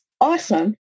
awesome